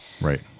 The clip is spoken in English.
right